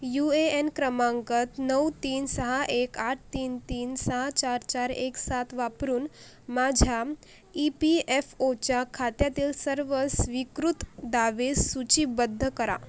you A N क्रमांकात नऊ तीन सहा एक आठ तीन तीन सहा चार चार एक सात वापरून माझ्या ई पी एफ ओच्या खात्यातील सर्व स्वीकृत दावे सूचीबद्ध करा